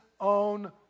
own